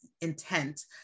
intent